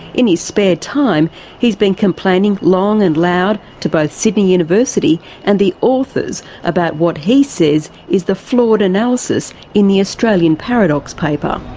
in his spare time he's been complaining long and loud to both sydney university and the authors about what he says is the flawed analysis in the australian paradox paper.